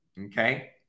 okay